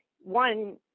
one